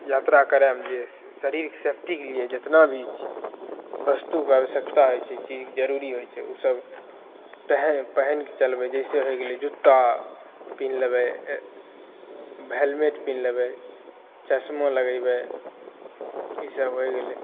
यात्रा करैमे जे शरीरके सेफ्टीके लिए जेतना भी बस्तुके आवश्यकता होइ छै चीजके जरुरी होइत छै ओ सब पहिन पहिनके चलबै जैसे होइ गेलै जुत्ता पिन्ह लेबै हेलमेट पिन्ह लेबै चश्मो लगैबै ईसब होइ गेलै